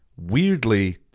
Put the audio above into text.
weirdly